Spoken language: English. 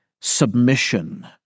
submission